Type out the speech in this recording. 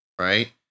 Right